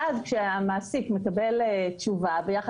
ואז,